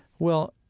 well,